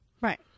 right